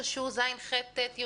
ושוכחים את תלמידי ז' י,